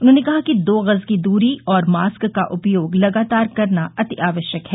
उन्होंने कहा कि दो गज की दूरी और मास्क का उपयोग लगातार करना अति आवश्यक है